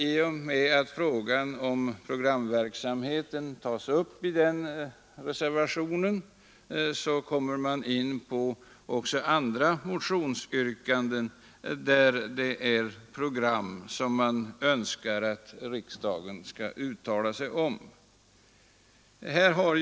I och med att frågan om programverksamheten tas upp i denna reservation kommer jag in också på en del motioner där man yrkat att riksdagen skall uttala sig om program.